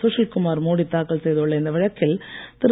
சுசீல்குமார் மோடி தாக்கல் செய்துள்ள இந்த வழக்கில் திரு